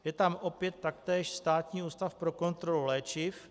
Je tam opět taktéž Státní ústav pro kontrolu léčiv.